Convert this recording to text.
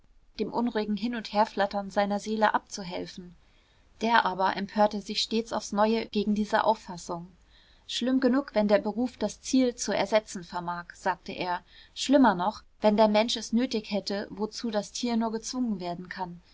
dem unruhigen hin und herflattern seiner seele abzuhelfen der aber empörte sich stets aufs neue gegen diese auffassung schlimm genug wenn der beruf das ziel zu ersetzen vermag sagte er schlimmer noch wenn der mensch es nötig hätte wozu das tier nur gezwungen werden kann